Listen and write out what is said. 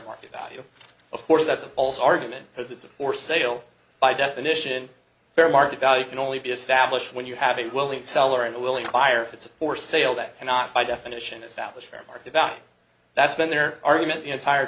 market value of course that's a false argument because it's for sale by definition fair market value can only be established when you have a willing seller and a willing buyer if it's for sale that cannot by definition establish fair market value that's been their argument the entire